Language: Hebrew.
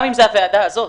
גם אם זו הוועדה הזאת,